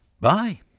bye